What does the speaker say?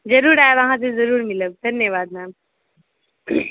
जरूर आयब अहाँसँ जरूर मिलब धन्यवाद मैम